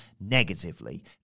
negatively